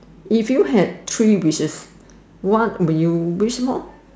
if you had three wishes what would you wish for